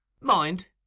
Mind